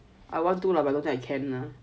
I want to lah but I don't think I can